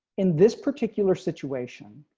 in this particular situation.